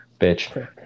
bitch